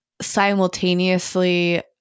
simultaneously